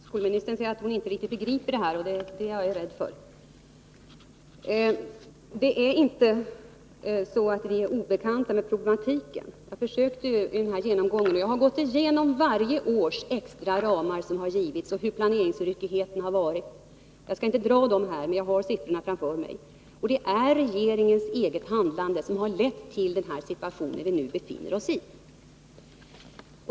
Herr talman! Skolministern säger att hon inte riktigt begriper det här, och det är det jag är rädd för. Det är inte så att vi är obekanta med problematiken. Jag har gått igenom de extra ramar som har givits varje år och sett hur ryckig planeringen har varit. Jag skall inte dra siffrorna nu, men jag har dem framför mig. Det är regeringens eget handlande som har lett till den situation vi nu befinner oss i.